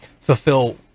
fulfill